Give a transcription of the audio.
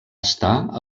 estar